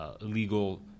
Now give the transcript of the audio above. illegal